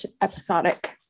episodic